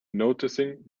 noticing